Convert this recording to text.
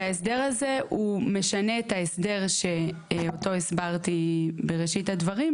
ההסדר הזה הוא משנה את ההסדר שאותו הסברתי בראשית הדברים,